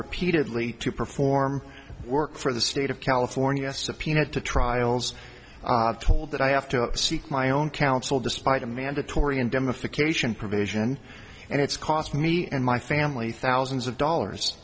repeatedly to perform work for the state of california subpoenaed to trials told that i have to seek my own counsel despite a mandatory indemnification provision and it's cost me and my family thousands of dollars